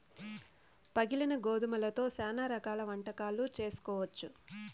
పగిలిన గోధుమలతో శ్యానా రకాల వంటకాలు చేసుకోవచ్చు